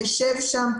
תשב שם,